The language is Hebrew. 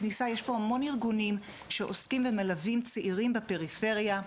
יש פה המון ארגונים שעוסקים ומלווים צעירים בפריפריה,